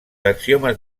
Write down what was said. axiomes